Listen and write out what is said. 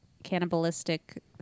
cannibalistic